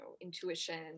intuition